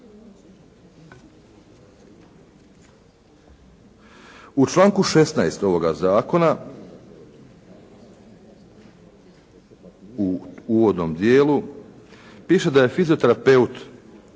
U članku 16. ovoga zakona u uvodnom dijelu piše da je fizioterapeut